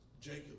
Jacob